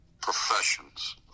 professions